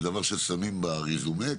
זה דבר ששמים ברזומה?